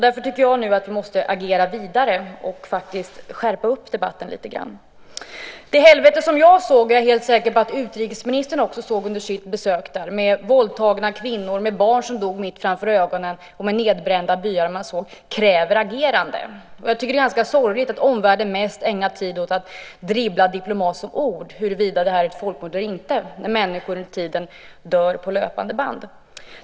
Jag tycker därför att vi nu måste agera vidare och skärpa upp debatten lite grann. Jag är säker på att också utrikesministern under sitt besök där såg det helvete som jag såg med våldtagna kvinnor, med barn som dog mitt framför ögonen på en och med nedbrända byar. Det kräver ett agerande. Jag tycker att det är ganska sorgligt att omvärlden mest ägnar tid åt att dribbla med diplomatiska begrepp, huruvida det är fråga om ett folkmord eller inte. Under tiden dör människor på löpande band.